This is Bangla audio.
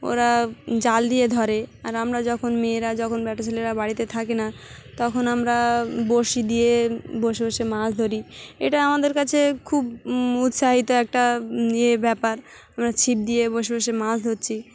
ওরা জাল দিয়ে ধরে আর আমরা যখন মেয়েরা যখন বেটা ছেলেরা বাড়িতে থাকে না তখন আমরা বড়শি দিয়ে বসে বসে মাছ ধরি এটা আমাদের কাছে খুব উৎসাহিত একটা ইয়ে ব্যাপার আমরা ছিপ দিয়ে বসে বসে মাছ ধরছি